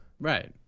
Right